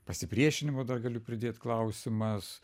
pasipriešinimo dar galiu pridėt klausimas